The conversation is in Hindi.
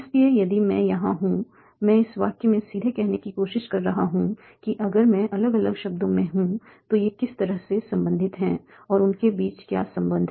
इसलिए जैसे मैं यहां हूं मैं इस वाक्य में सीधे कहने की कोशिश कर रहा हूं कि अगर मैं अलग अलग शब्दों में हूं तो ये किस तरह से संबंधित हैं और उनके बीच क्या संबंध है